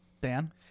Dan